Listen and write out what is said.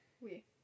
Oui